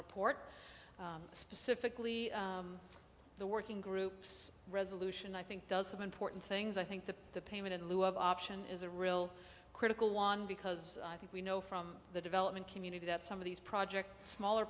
report specifically the working groups resolution i think does some important things i think that the payment in lieu of option is a real critical one because i think we know from the development community that some of these projects smaller